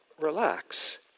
relax